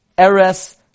Eres